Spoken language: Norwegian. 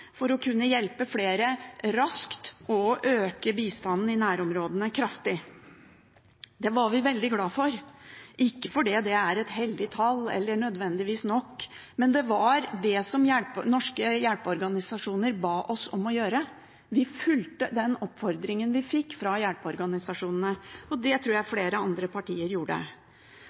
for å kunne hjelpe flere raskt og øke bistanden i nærområdene kraftig. Det var vi veldig glade for, ikke fordi det er et hellig tall eller nødvendigvis nok, men det var det norske hjelpeorganisasjoner ba oss om å gjøre. Vi fulgte den oppfordringen vi fikk fra hjelpeorganisasjonene, og det tror jeg